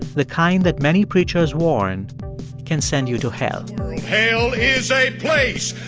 the kind that many preachers warn can send you to hell hell is a place.